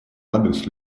адрес